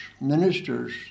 ministers